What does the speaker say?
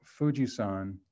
Fujisan